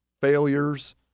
failures